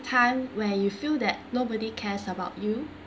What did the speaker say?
time when you feel that nobody cares about you